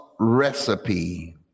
recipe